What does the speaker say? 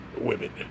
women